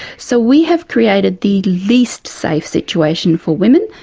so we have created the least safe situation for women,